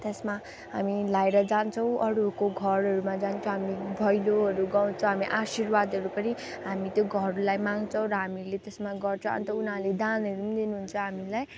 त्यसमा हामी लगाएर जान्छौँ अरूहरूको घरहरूमा जान्छौँ हामी भैलोहरू गाउँछ हामी आशिर्वादहेरू पनि हामी त्यो घरलाई मग्छौँ र हामीले त्यसमा गर्छौँ अन्त उनीहरूले दानहरू नि दिनुहुन्छ हामीलाई